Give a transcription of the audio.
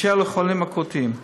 לחולים אקוטיים,